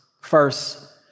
First